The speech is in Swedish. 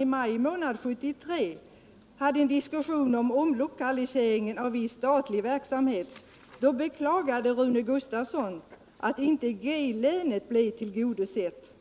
i maj månad 1973 hade en debatt om omlokaliseringen av viss statlig verksamhet beklagade socialministern, som då inte var socialminister utan Rune Gustavsson i Alvesta, att inte G länet blev tillgodosett.